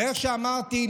ואיך שאמרתי,